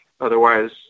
Otherwise